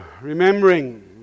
remembering